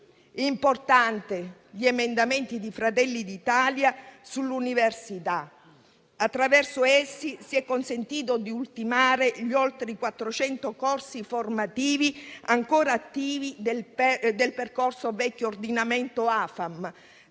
Importanti sono gli emendamenti di Fratelli d'Italia sull'università. Attraverso essi si è consentito di ultimare gli oltre 400 corsi formativi ancora attivi del percorso vecchio ordinamento AFAM,